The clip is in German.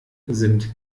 sind